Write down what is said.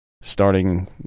starting